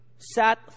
Sat